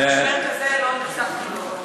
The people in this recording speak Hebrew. אבל משבר כזה, לא נחשפתי לו.